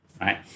right